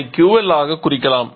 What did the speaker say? அதை QL ஆக குறிக்கலாம்